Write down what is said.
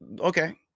Okay